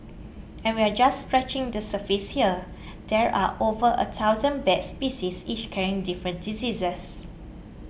and we're just scratching the surface here there are over a thousand bat species each carrying different diseases